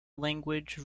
language